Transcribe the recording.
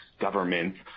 governments